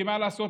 כי מה לעשות,